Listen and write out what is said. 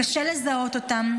קשה לזהות אותן,